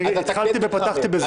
התחלתי ופתחתי בזה,